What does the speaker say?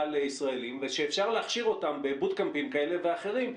לישראלים ושאפשר להכשיר אותם ב-boot camps כאלה ואחרים,